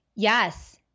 Yes